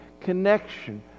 connection